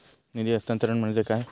निधी हस्तांतरण म्हणजे काय?